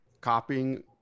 copying